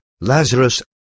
Lazarus